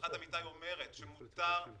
הלכת אמיתי אומרת שמותר לבקש